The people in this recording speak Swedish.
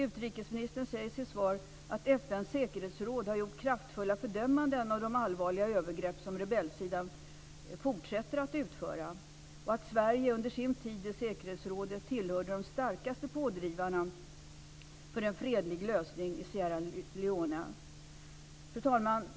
Utrikesministern säger i sitt svar att FN:s säkerhetsråd har gjort kraftfulla fördömanden av de allvarliga övergrepp som rebellsidan fortsätter att utföra och att Sverige under sin tid i säkerhetsrådet tillhörde de starkaste pådrivarna för en fredlig lösning i Sierra Leone. Fru talman!